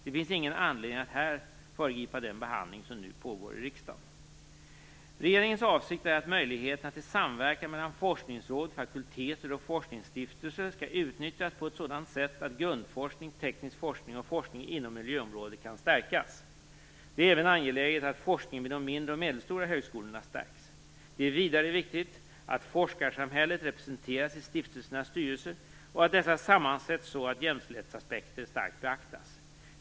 Det finns ingen anledning att här föregripa den behandling som nu pågår i riksdagen. Regeringens avsikt är att möjligheterna till samverkan mellan forskningsråd, fakulteter och forskningsstiftelser skall utnyttjas på ett sådant sätt att grundforskning, teknisk forskning och forskning inom miljöområdet kan stärkas. Det är även angeläget att forskningen vid de mindre och medelstora högskolorna stärks. Det är vidare viktigt att forskarsamhället representeras i stiftelsernas styrelser och att dessa sammansätts så att jämställdhetsaspekter starkt beaktas.